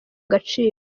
agaciro